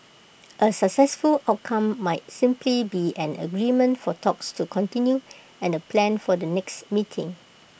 A successful outcome might simply be an agreement for talks to continue and A plan for the next meeting